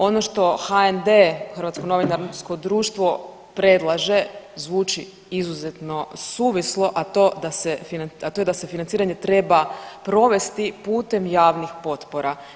Ono što HND, Hrvatsko novinarsko društvo predlaže zvuči izuzetno suvislo, a to, a to je da se financiranje treba provesti putem javnih potpora.